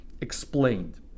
explained